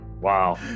wow